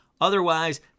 Otherwise